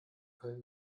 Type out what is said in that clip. köln